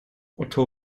otto